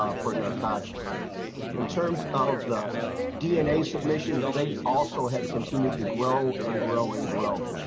um for narcotics in terms of the dna submission they also have continued to grow and grow and grow.